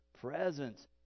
presence